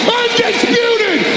undisputed